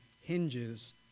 hinges